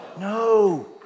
No